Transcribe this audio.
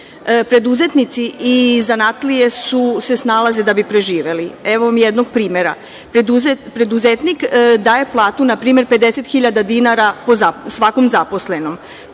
Preduzetnici i zanatlije se snalaze da bi preživeli. Evo vam jednog primera, preduzetnik daje platu na primer 50 hiljada dinara po svakom zaposlenom.